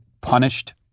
punished